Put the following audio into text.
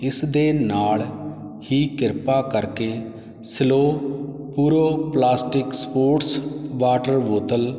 ਇਸ ਦੇ ਨਾਲ ਹੀ ਕਿਰਪਾ ਕਰਕੇ ਸਲੋਕ ਪੂਰਬ ਪਲਾਸਟਿਕ ਸਪੋਰਟਸ ਵਾਟਰ ਬੋਤਲ